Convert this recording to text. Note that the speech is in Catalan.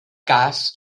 cas